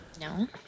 No